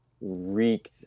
wreaked